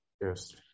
Yes